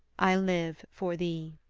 i live for thee